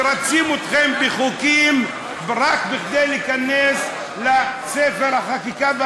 מרצים אתכם בחוקים רק כדי להיכנס לספר החקיקה,